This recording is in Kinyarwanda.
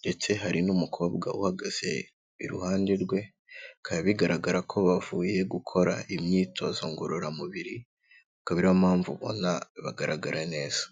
ndetse hari n'umukobwa uhagaze iruhande rwe, bikaba bigaragara ko bavuye gukora imyitozo ngororamubiri, akaba ari yo mpamvu ubona bagaragara neza.